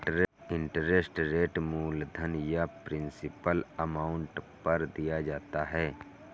interest rate मूलधन या principal amount पर दिया जाता है